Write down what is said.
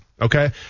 Okay